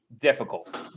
difficult